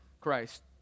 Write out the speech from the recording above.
Christ